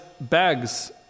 bags